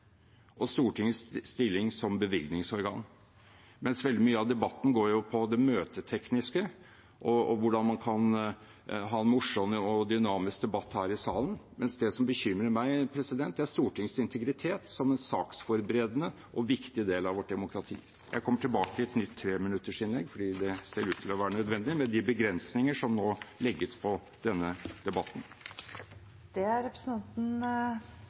og Stortingets stilling som bevilgningsorgan. Veldig mye av debatten går på det møtetekniske og hvordan man kan ha morsom og dynamisk debatt her i salen. Det som bekymrer meg, er Stortingets integritet som en saksforberedende og viktig del av vårt demokrati. Jeg kommer tilbake i et nytt treminuttersinnlegg, for det ser ut til være nødvendig med de begrensninger som nå legges på denne debatten. Det er representanten